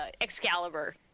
Excalibur